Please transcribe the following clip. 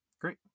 Great